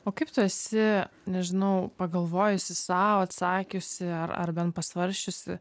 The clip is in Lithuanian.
o kaip tu esi nežinau pagalvojusi sau atsakiusi ar ar bent pasvarsčiusi